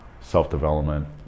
self-development